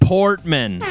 Portman